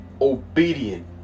Obedient